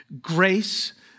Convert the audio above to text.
grace